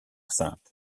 sainte